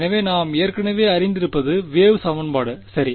எனவே நாம் ஏற்கனவே அறிந்திருப்பது வேவ் சமன்பாடு சரி